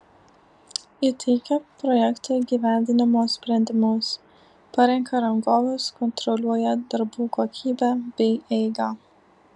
ji teikia projekto įgyvendinimo sprendimus parenka rangovus kontroliuoja darbų kokybę bei eigą